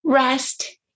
Rest